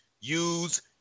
use